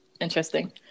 interesting